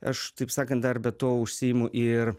aš taip sakan dar be to užsiimu ir